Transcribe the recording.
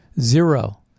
Zero